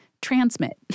transmit